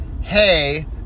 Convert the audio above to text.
hey